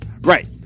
Right